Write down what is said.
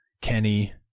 kenny